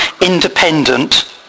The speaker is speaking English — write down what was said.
independent